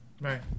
Right